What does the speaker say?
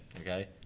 Okay